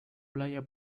playa